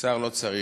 שר לא צריך,